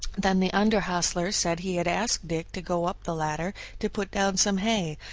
then the under hostler said he had asked dick to go up the ladder to put down some hay,